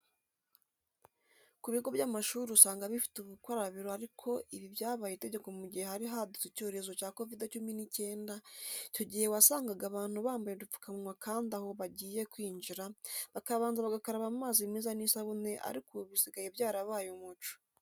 Ku bigo by'amashuri usanga bifite ubukarabiro ariko ibi byabaye itegeko mu gihe hari hadutse icyorezo cya Covide cumi n'icyenda, icyo gihe wasangaga abantu bambaye udupfukamunwa kandi aho bagiye kwinjira bakabanza bagakaraba amazi meza n'isabune ariko ubu bisigaye byarabaye umuco.